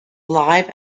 live